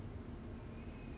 then we 做